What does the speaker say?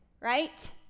right